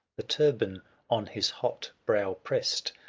the turban on his hot brow pressed,